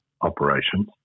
operations